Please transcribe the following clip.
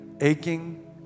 aching